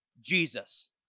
Jesus